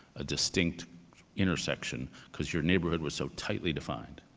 a distinct intersection, because your neighborhood was so tightly defined.